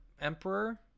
Emperor